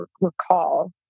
recall